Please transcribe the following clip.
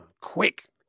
Quick